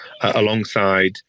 alongside